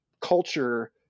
culture